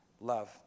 Love